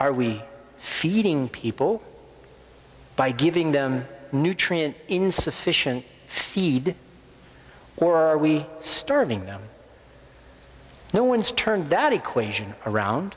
are we feeding people by giving them nutrient insufficient feed or are we stirling them no one's turned that equation around